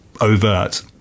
overt